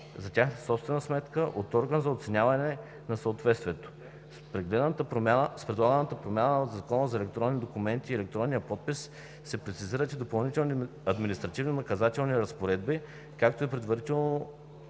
за тяхна собствена сметка, от орган за оценяване на съответствието. С предлаганата промяна на Закона за електронния документ и електронния подпис се прецизират и допълват административно-наказателните разпоредби, като е предвидено